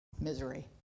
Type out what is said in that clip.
misery